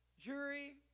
jury